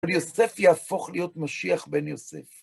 יוסף יהפוך להיות משיח בן יוסף.